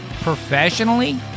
Professionally